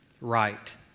right